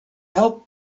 helped